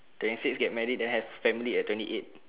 twenty six get married then has family at twenty eight